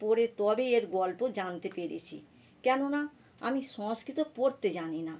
পড়ে তবে এর গল্প জানতে পেরেছি কেননা আমি সংস্কৃত পড়তে জানি না